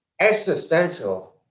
existential